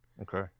Okay